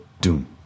doom